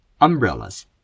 Umbrellas